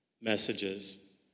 messages